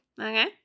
Okay